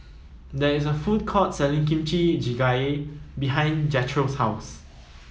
there is a food court selling Kimchi Jjigae behind Jethro's house